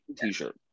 t-shirt